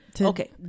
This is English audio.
okay